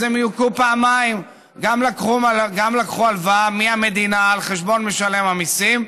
אז הם יוכו פעמיים: גם לקחו הלוואה מהמדינה על חשבון משלם המיסים,